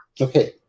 Okay